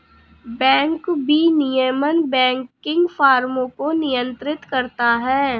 bank विनियमन banking फ़र्मों को नियंत्रित करता है